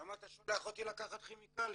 למה אתה שולח אותי לקחת כימיקלים.